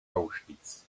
auschwitz